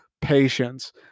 patience